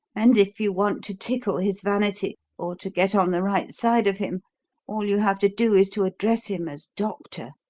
and if you want to tickle his vanity or to get on the right side of him all you have to do is to address him as doctor.